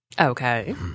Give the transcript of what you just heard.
Okay